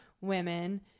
women